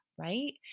right